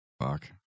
Fuck